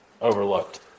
overlooked